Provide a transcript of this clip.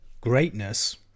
Greatness